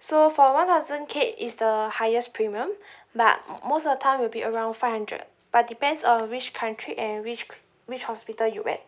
so for one thousand K is the highest premium but most of the time will be around five hundred but depends on which country and which which hospital you went